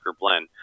blend